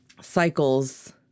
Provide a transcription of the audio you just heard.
cycles